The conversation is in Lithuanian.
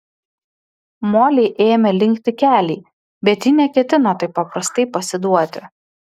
molei ėmė linkti keliai bet ji neketino taip paprastai pasiduoti